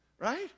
right